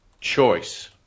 choice